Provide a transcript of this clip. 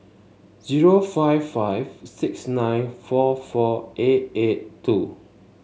zero five five six nine four four eight eight two